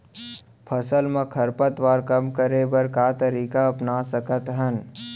फसल मा खरपतवार कम करे बर का तरीका अपना सकत हन?